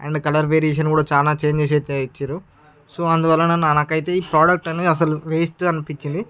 and colour variation కూడా చాలా changes అయితే ఇచ్చారు సో అందువలన నాకు అయితే ఈ ప్రోడక్ట్ అనేది అసలు వేస్ట్ అనిపించింది